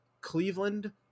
Cleveland